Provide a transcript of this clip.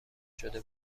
شده